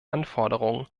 anforderungen